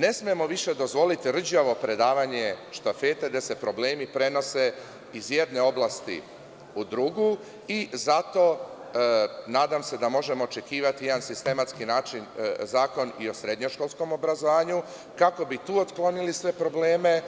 Ne smemo više dozvoliti rđavo predavanje štafete gde se problemi prenose iz jedne oblasti u drugu i zato nadam se da možemo očekivati jedan sistematski zakon i o srednjoškolskom obrazovanju, kako bi tu otklonili sve probleme